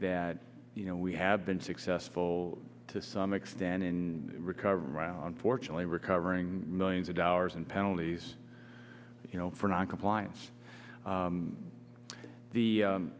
that you know we have been successful to some extent in recovery around fortunately recovering millions of dollars in penalties you know for noncompliance the